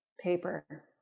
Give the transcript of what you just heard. Paper